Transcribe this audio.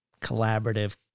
collaborative